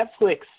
Netflix